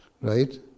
Right